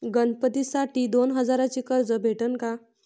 गणपतीसाठी दोन हजाराचे कर्ज भेटन का?